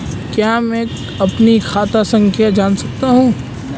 क्या मैं अपनी खाता संख्या जान सकता हूँ?